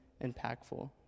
impactful